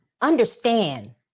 understand